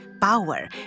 power